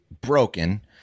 broken